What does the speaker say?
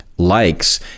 likes